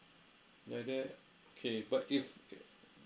like that okay but if